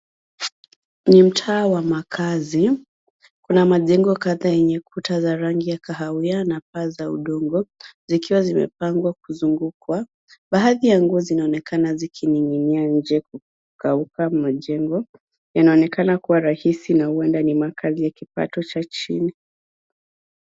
Ni mtaa wa makazi. Kuna majengo kadhaa yenye kuta za rangi ya kahawia na paa za udongo zikiwa zimepangwa kuzungukwa. Baadhi ya nguo zinaonekana zikining'inia nje kukauka majengo inaonekana kuwa rahisi na huenda ni makazi ya kipato cha chini.